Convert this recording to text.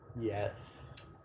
Yes